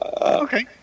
Okay